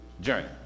journey